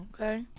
okay